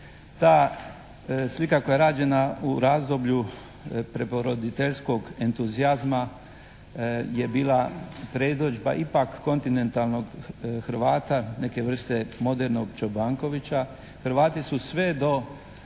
Ta slika koja je rađena u razdoblju preporoditeljskog entuzijazma je bila predodžba kontinentalnog Hrvata, neke vrste modernog Čobankovića. Hrvati su sve do